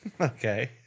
Okay